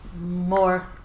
more